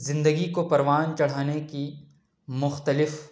زندگی کو پروان چڑھانے کی مختلف